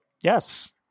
Yes